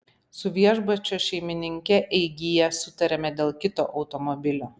su viešbučio šeimininke eigyje sutarėme dėl kito automobilio